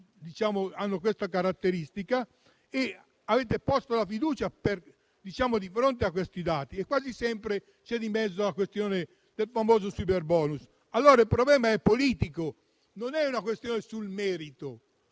hanno tale caratteristica. Avete posto la fiducia di fronte a questi dati e quasi sempre c'è di mezzo la questione del famoso superbonus. Allora il problema è politico, non è una questione sul merito,